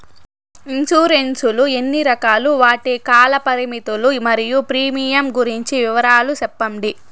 Insurance లు ఎన్ని రకాలు? వాటి కాల పరిమితులు మరియు ప్రీమియం గురించి వివరాలు సెప్పండి?